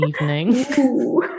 evening